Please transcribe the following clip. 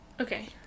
Okay